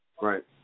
Right